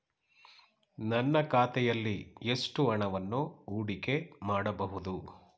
ನನ್ನ ಖಾತೆಯಲ್ಲಿ ಎಷ್ಟು ಹಣವನ್ನು ಹೂಡಿಕೆ ಮಾಡಬಹುದು?